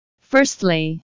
Firstly